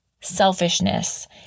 selfishness